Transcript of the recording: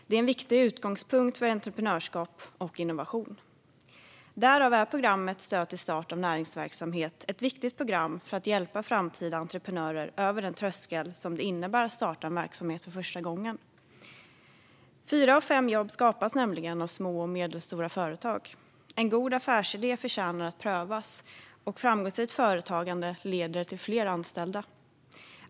Det är en viktig utgångspunkt för entreprenörskap och innovation. Därför är programmet Stöd till start av näringsverksamhet ett viktigt program för att hjälpa framtida entreprenörer över den tröskel det innebär att starta en verksamhet för första gången. Fyra av fem jobb skapas nämligen av små och medelstora företag. En god affärsidé förtjänar att prövas, och framgångsrikt företagande leder till fler anställda.